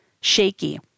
shaky